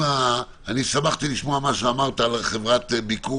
שמחתי לשמוע מה שאמרת על חברת ביקור